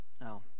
Now